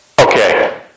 okay